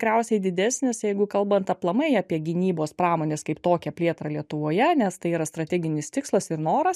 tikriausiai didesnis jeigu kalbant aplamai apie gynybos pramonės kaip tokią plėtrą lietuvoje nes tai yra strateginis tikslas ir noras